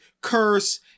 curse